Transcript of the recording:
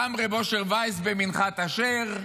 גם רב אשר וייס ב"מנחת אשר",